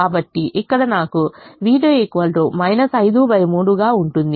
కాబట్టి ఇక్కడ నాకు v2 53 గా ఉంటుంది